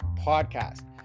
podcast